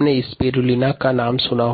निर्माण संबंधी कुछ नए विचार उपलब्ध करा सकता है